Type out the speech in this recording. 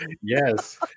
Yes